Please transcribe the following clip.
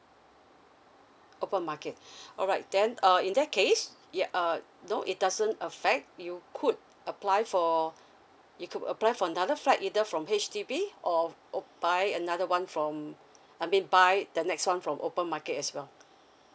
open market alright then uh in that case yeah uh no it doesn't affect you could apply for you could apply for another flat either from H_D_B or o~ buy another one from I mean buy the next one from open market as well